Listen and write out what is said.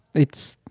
it's